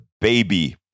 baby